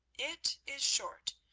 it is short.